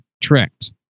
tricked